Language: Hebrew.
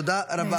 תודה רבה.